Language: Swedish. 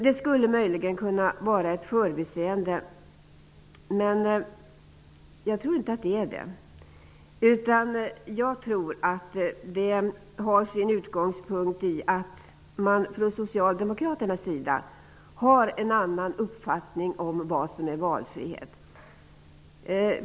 Det skulle möjligen kunna vara ett förbiseende, men jag tror inte att det är det. Jag tror att det har sin utgångspunkt i att Socialdemokraterna har en annan uppfattning om vad som är valfrihet.